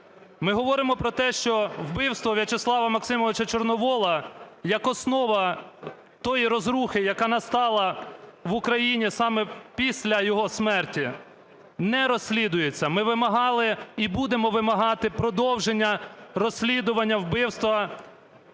Ми говоримо про те, що вбивство В'ячеслава Максимовича Чорновола як основа тої розрухи, яка настала в Україні саме після його смерті, не розслідується. Ми вимагали і будемо вимагати продовження розслідування вбивства